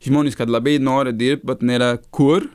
žmonės kad labai nori dirbt bet nėra kur